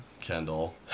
Kendall